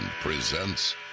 presents